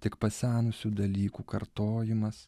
tik pasenusių dalykų kartojimas